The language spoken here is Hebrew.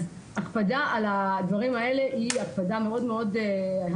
אז הקפדה על הדברים האלה היא הקפדה מאוד הדוקה.